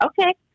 Okay